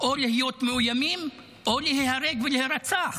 או להיות מאוימים או להיהרג ולהירצח.